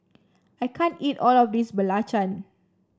I can't eat all of this Belacan